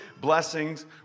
blessings